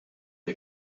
wir